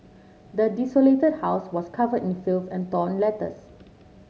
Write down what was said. the desolated house was covered in filth and torn letters